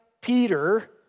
Peter